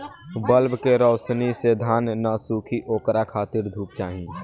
bulb के रौशनी से धान न सुखी ओकरा खातिर धूप चाही